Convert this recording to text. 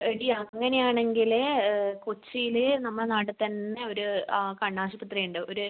എടി അങ്ങനെ ആണെങ്കിൽ കൊച്ചിയിൽ നമ്മളെ നാട്ടിൽ തന്നെ ഒരു ആ കണ്ണാശുപത്രി ഉണ്ട് ഒരു